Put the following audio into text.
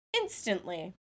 Instantly